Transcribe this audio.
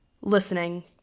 listening